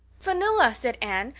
vanilla, said anne,